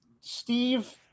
Steve